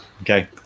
Okay